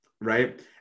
Right